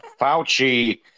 fauci